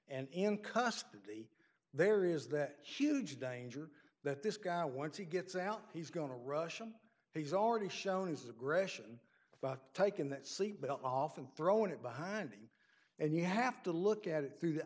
custody there is that huge danger that this guy once he gets out he's going to russian he's already shown his aggression taken that seat belt off and thrown it behind him and you have to look at it through the